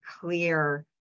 clear